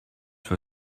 for